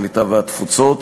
הקליטה והתפוצות,